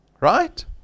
right